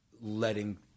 letting